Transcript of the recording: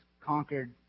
conquered